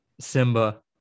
Simba